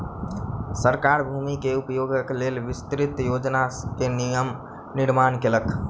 सरकार भूमि के उपयोगक लेल विस्तृत योजना के निर्माण केलक